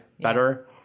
better